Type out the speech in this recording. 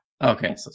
Okay